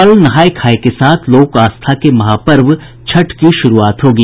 कल नहाय खाय के साथ लोक आस्था के महापर्व छठ की शुरूआत होगी